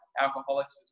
Alcoholics